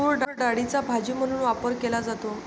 तूरडाळीचा भाजी म्हणून वापर केला जातो